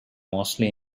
mostly